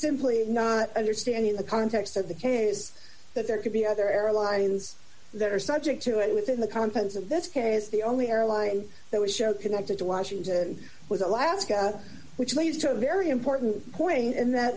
simply not understanding the context of the case that there could be other airlines that are subject to and within the confines of this case the only airline that we share connected to washington was alaska which leads to a very important point in that